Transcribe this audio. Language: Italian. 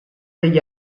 degli